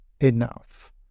enough